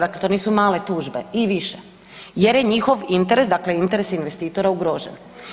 Dakle to nisu male tužbe i više, jer je njihov interes, dakle interes investitora ugrožen.